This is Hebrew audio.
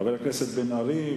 חבר הכנסת בן-ארי,